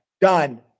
Done